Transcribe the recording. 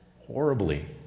horribly